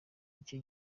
icyo